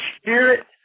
Spirit